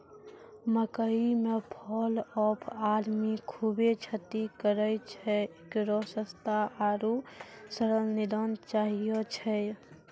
मकई मे fall of army खूबे क्षति करेय छैय, इकरो सस्ता आरु सरल निदान चाहियो छैय?